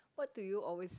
what do you always